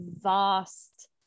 vast